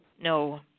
no